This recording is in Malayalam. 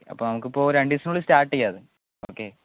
അപ്പോൾ നമുക്കിപ്പോൾ രണ്ടു ദിവസത്തിനുള്ളിൽ സ്റ്റാർട്ട് ചെയ്യാം അത് ഓക്കേ